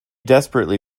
desperately